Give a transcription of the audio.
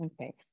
Okay